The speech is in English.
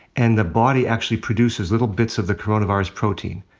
and the body actually produces little bits of the coronavirus protein.